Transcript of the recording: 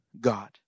God